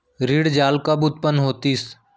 ऋण जाल कब उत्पन्न होतिस?